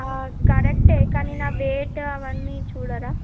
కరెక్టే కానీ నా వెయిట్ అవన్నీ చూడరా